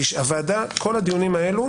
הוועדה, כל הדיונים האלו,